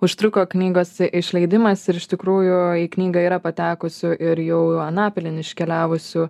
užtruko knygos išleidimas ir iš tikrųjų į knygą yra patekusių ir jau anapilin iškeliavusių